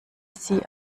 sie